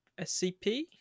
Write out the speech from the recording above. SCP